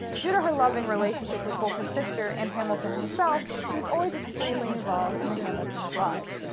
due to her loving relationship with both her sister and hamilton himself, she was always extremely involved in the hamilton's lives.